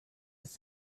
with